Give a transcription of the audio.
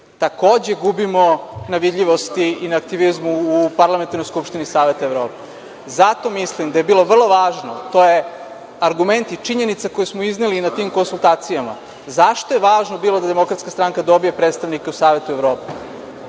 Takođe, gubimo na vidljivosti i na aktivizmu u Parlamentarnoj skupštini Saveta Evrope. Zato mislim da je bilo vrlo važno, to je argument i činjenica koju smo izneli na tim konsultacijama, zašto je bilo važno da DS dobije predstavnika u Savetu Evrope.